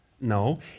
No